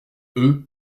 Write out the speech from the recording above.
eux